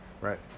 Right